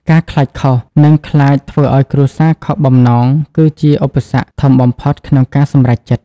ការខ្លាចខុស និងខ្លាចធ្វើឱ្យគ្រួសារខកបំណង គឺជាឧបសគ្គធំបំផុតក្នុងការសម្រេចចិត្ត។